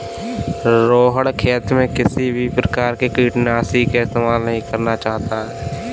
रोहण खेत में किसी भी प्रकार के कीटनाशी का इस्तेमाल नहीं करना चाहता है